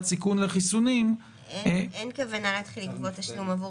סיכון לחיסונים --- אין כוונה להתחיל לגבות תשלום עבור